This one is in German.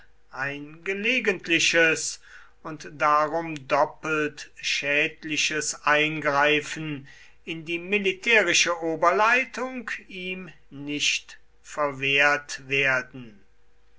ein gelegentliches und darum doppelt schädliches eingreifen in die militärische oberleitung ihm nicht verwehrt werden